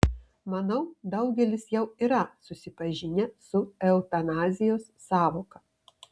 manau daugelis jau yra susipažinę su eutanazijos sąvoka